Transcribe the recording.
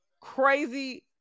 crazy